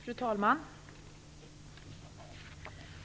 Fru talman!